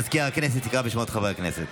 מזכיר הכנסת יקרא בשמות חברי הכנסת.